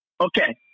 Okay